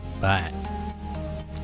Bye